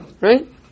right